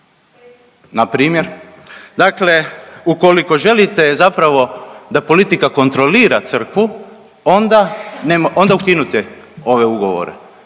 struktura? Dakle, ukoliko želite zapravo da politika kontrolira crkvu onda ukinite ove ugovore